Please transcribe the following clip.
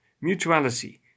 mutuality